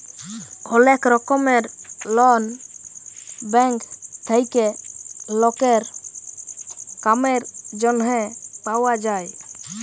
ওলেক রকমের loan bank থেক্যে লকের কামের জনহে পাওয়া যায়